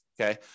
okay